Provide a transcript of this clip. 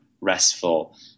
restful